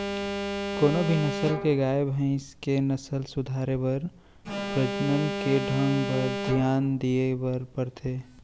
कोनों भी नसल के गाय, भईंस के नसल सुधारे बर प्रजनन के ढंग बर धियान दिये बर परथे